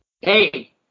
hey